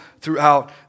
throughout